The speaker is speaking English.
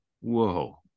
whoa